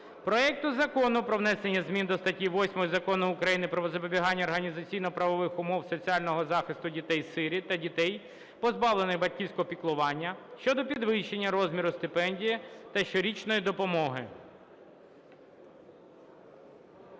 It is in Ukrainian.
проекту Закону про внесення змін до статті 8 Закону України "Про забезпечення організаційно-правових умов соціального захисту дітей-сиріт та дітей, позбавлених батьківського піклування" щодо підвищення розміру стипендії та щорічної допомоги.